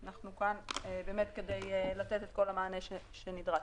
אנחנו כאן באמת כדי לתת את כל המענה שנדרש.